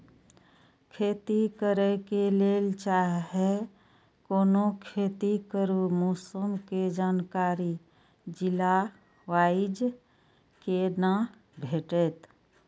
खेती करे के लेल चाहै कोनो खेती करू मौसम के जानकारी जिला वाईज के ना भेटेत?